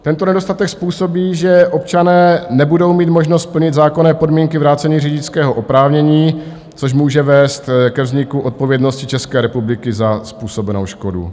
Tento nedostatek způsobí, že občané nebudou mít možnost plnit zákonné podmínky vrácení řidičského oprávnění, což může vést ke vzniku odpovědnosti České republiky za způsobenou škodu.